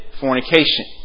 fornication